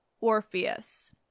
Orpheus